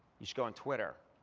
you should go on twitter.